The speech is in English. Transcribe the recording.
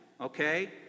okay